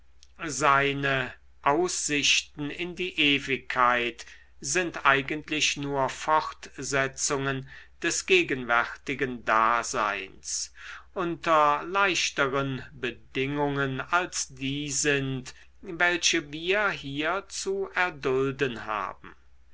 seine aussichten in die ewigkeit sind eigentlich nur fortsetzungen des gegenwärtigen daseins unter leichteren bedingungen als die sind welche wir hier zu erdulden haben